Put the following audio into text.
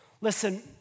Listen